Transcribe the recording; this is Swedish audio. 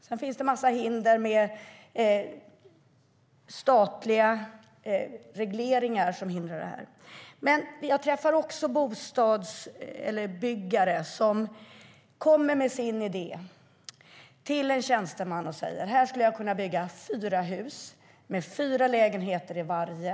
Sedan finns det en massa statliga regleringar som hindrar detta. Men jag träffar också bostadsbyggare som kommer med sin idé till en tjänsteman och säger: Här skulle jag kunna bygga fyra hus med fyra lägenheter i varje.